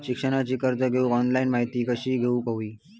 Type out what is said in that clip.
शिक्षणाचा कर्ज घेऊक ऑनलाइन माहिती कशी घेऊक हवी?